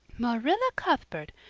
marilla cuthbert,